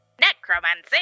Necromancy